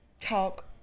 talk